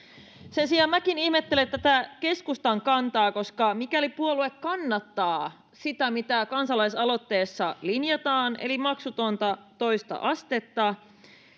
sen sijaan minäkin ihmettelen tätä keskustan kantaa koska mikäli puolue kannattaa sitä mitä kansalaisaloitteessa linjataan eli maksutonta toista astetta